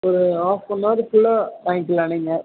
ஒரு half an அவருக்குள்ளே வாங்கிக்கலாம் நீங்கள்